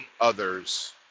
others